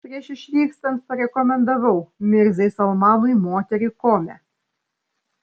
prieš išvykstant parekomendavau mirzai salmanui moterį kome